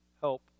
help